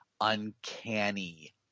uncanny